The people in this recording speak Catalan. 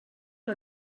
que